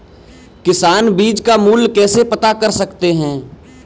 किसान बीज का मूल्य कैसे पता कर सकते हैं?